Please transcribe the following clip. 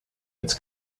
its